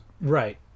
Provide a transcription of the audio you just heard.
Right